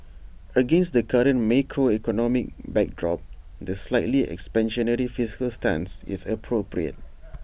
against the current macroeconomic backdrop the slightly expansionary fiscal stance is appropriate